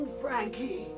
Frankie